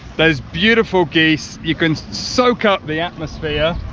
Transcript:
there are beautiful geese, you can soak up the atmosphere,